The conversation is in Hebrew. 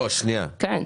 רגע.